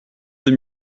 deux